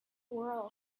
world